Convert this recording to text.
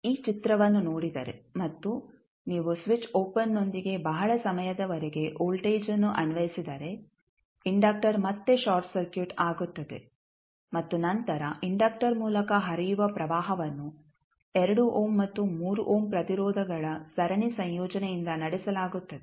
ನೀವು ಈ ಚಿತ್ರವನ್ನು ನೋಡಿದರೆ ಮತ್ತು ನೀವು ಸ್ವಿಚ್ ಓಪನ್ನೊಂದಿಗೆ ಬಹಳ ಸಮಯದವರೆಗೆ ವೋಲ್ಟೇಜ್ ಅನ್ನು ಅನ್ವಯಿಸಿದರೆ ಇಂಡಕ್ಟರ್ ಮತ್ತೆ ಶಾರ್ಟ್ ಸರ್ಕ್ಯೂಟ್ ಆಗುತ್ತದೆ ಮತ್ತು ನಂತರ ಇಂಡಕ್ಟರ್ ಮೂಲಕ ಹರಿಯುವ ಪ್ರವಾಹವನ್ನು 2 ಓಮ್ ಮತ್ತು 3 ಓಮ್ ಪ್ರತಿರೋಧಗಳ ಸರಣಿ ಸಂಯೋಜನೆಯಿಂದ ನಡೆಸಲಾಗುತ್ತದೆ